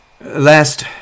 Last